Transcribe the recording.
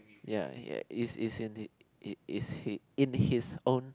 ya ya it's it's in the it it's he in his own